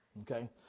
Okay